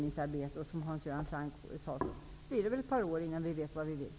Det kommer väl att, precis som Hans Göran Franck sade, dröja ytterligare några år innan vi vet vad vi vill.